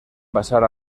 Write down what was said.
pasar